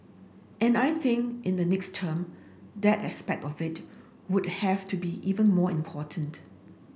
and I think in the next term that aspect of it would have to be even more important